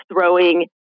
throwing